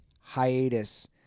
hiatus